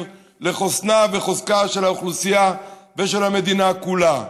לחוסנה וחוזקה של האוכלוסייה ושל המדינה כולה.